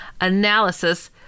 Analysis